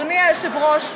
אדוני היושב-ראש,